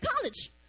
college